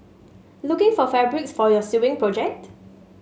looking for fabrics for your sewing project